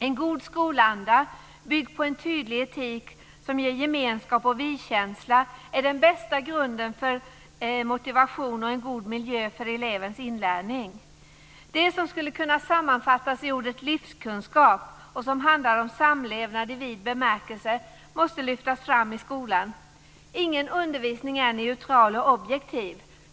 En god skolanda, byggd på en tydlig etik som ger gemenskap och vi-känsla är den bästa grunden för motivation och en god miljö för elevens inlärning. Det som skulle kunna sammanfattas i ordet livskunskap och som handlar om samlevnad i vid bemärkelse måste lyftas fram i skolan. Ingen undervisning är neutral och objektiv.